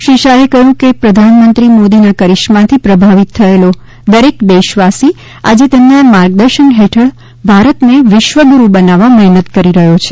શ્રી શાહે કહ્યું કે પ્રધાનમંત્રી મોદીના કરિશ્માથી પ્રભાવિત થયેલો હરેક દેશવાસી આજે તેમના માર્ગદર્શન હેઠળ ભારતને વિશ્વ ગુરુ બનાવવા મહેનત કરી રહ્યો છે